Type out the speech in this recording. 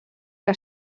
que